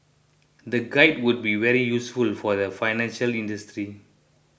the guide would be very useful for the financial industry